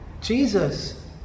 Jesus